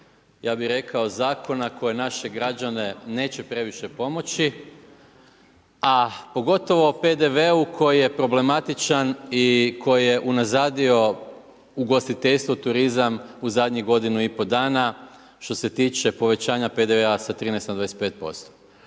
ja bi rekao, zakona koji naše građane neće previše pomoći, a pogotovo o PDV-u koji je problematičan i koji je unazadio ugostiteljstvo, turizam, u zadnjih godinu i pol dana, što se tiče povećanje PDV-a sa 13 na 25%.